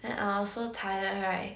and I was so tired right